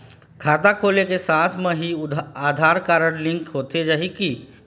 खाता खोले के साथ म ही आधार कारड लिंक होथे जाही की?